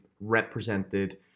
represented